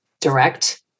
direct